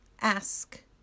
ask